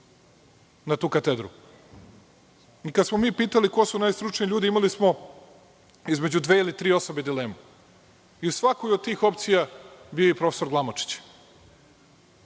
na tu katedru. I kada smo mi pitali koji su najstručniji ljudi imali smo između dve ili tri osobe dilemu. I u svakoj od tih opcija bio je i profesor Glamočić. Dakle,